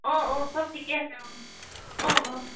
অঁ অঁ চব ঠিকে আছে অঁ অঁ অঁ